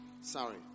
Sorry